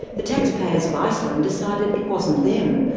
the taxpayers of iceland decided it wasn't them,